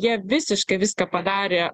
jie visiškai viską padarė